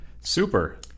Super